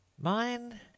Mine